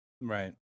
Right